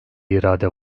irade